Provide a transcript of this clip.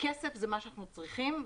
וכסף זה מה שאנחנו צריכים,